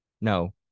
no